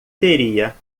teria